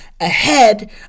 ahead